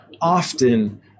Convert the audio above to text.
often